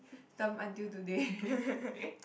term until today